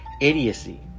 idiocy